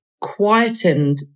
quietened